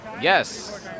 Yes